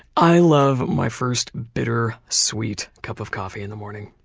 i love my first bitter, sweet cup of coffee in the morning.